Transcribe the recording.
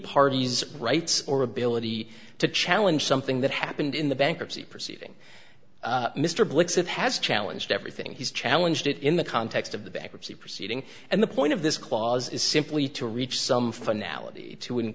party's rights or ability to challenge something that happened in the bankruptcy proceeding mr blix it has challenged everything he's challenged it in the context of the bankruptcy proceeding and the point of this clause is simply to reach some finality to